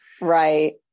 Right